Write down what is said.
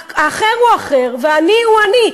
"האחר הוא אחר ואני הוא אני".